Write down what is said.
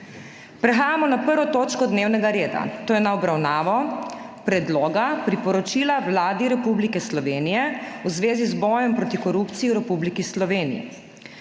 prekinjeno 1. točko dnevnega reda, to je z obravnavo Predloga priporočila Vladi Republike Slovenije v zvezi z bojem proti korupciji v Republiki Sloveniji.